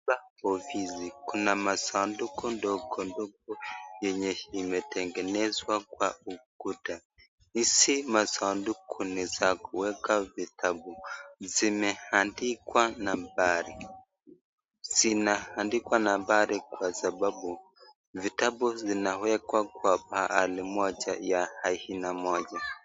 Kuna masanduku ndogo ndogo yenye yametengenezwa kwa ukuta. Hizi masanduku niza kuweka vitabu. Zimeandikwa nambari. Zinaandikwa nambari kwa sababu vitabu zinawekwa kwa mahali moja ya aina moja.